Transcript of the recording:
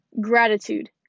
Gratitude